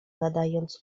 nadając